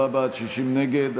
54 בעד, 60 נגד.